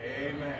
Amen